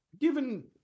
given